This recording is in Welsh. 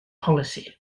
polisi